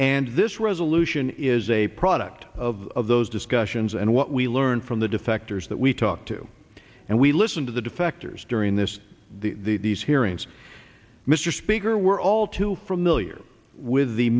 and this resolution is a product of those discussions and what we learned from the defectors that we talk to and we listen to the defectors during this the these hearings mr speaker were all too familiar with the